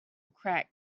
crack